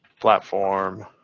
platform